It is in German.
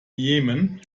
jemen